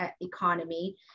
economy